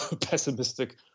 pessimistic